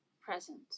present